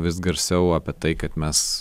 vis garsiau apie tai kad mes